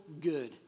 good